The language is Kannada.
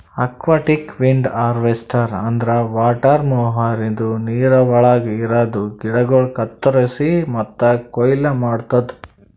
ಅಕ್ವಾಟಿಕ್ ವೀಡ್ ಹಾರ್ವೆಸ್ಟರ್ ಅಂದ್ರ ವಾಟರ್ ಮೊವರ್ ಇದು ನೀರವಳಗ್ ಇರದ ಗಿಡಗೋಳು ಕತ್ತುರಸಿ ಮತ್ತ ಕೊಯ್ಲಿ ಮಾಡ್ತುದ